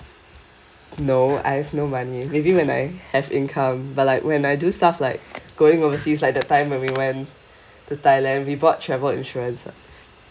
no I have no money maybe when I have income but like when I do stuff like going overseas like the time when we went to thailand we bought travel insurance lah